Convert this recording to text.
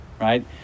right